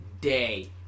day